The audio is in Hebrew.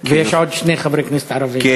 יש עוד שני חברי כנסת ערבים.